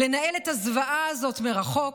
לנהל את הזוועה הזאת מרחוק,